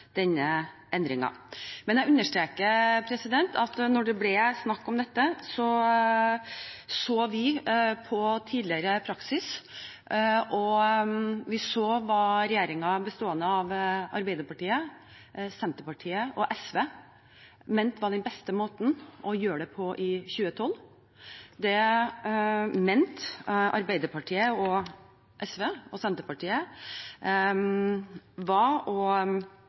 denne endringen, men jeg understreker at da det ble snakk om dette, så så vi på tidligere praksis. Vi så hva regjeringen bestående av Arbeiderpartiet, Senterpartiet og SV mente var den beste måten å gjøre det på i 2012, da Norges idrettsforbund og olympiske og paralympiske komité skulle få en tilsvarende jubileumsgave, og